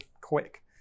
quick